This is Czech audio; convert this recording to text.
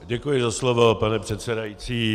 Děkuji za slovo, pane předsedající.